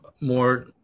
more